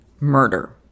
murder